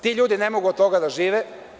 Ti ljudi ne mogu od toga da žive.